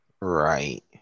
Right